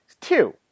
two